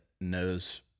knows